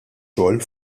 xogħol